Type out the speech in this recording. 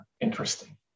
interesting